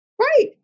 Right